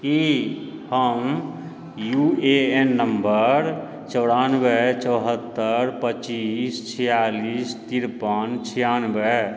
की हम U A N number चौरानबे चौहत्तरि पच्चीस छिआलिस तिरपन छिआनबे